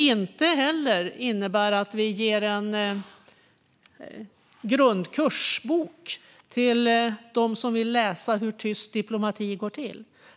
Det ska heller inte innebära att vi ger en grundkursbok till dem som vill läsa hur tyst diplomati går till.